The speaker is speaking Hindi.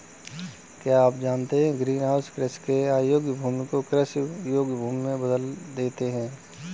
क्या आप जानते है ग्रीनहाउस कृषि के अयोग्य भूमि को कृषि योग्य भूमि में बदल देता है?